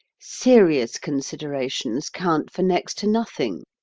serious considerations count for next to nothing?